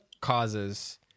causes